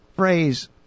phrase